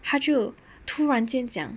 他就突然间讲